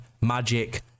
magic